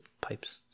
pipes